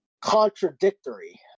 contradictory